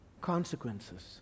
consequences